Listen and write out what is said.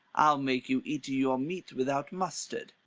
i'll make you eat your meat without mustard.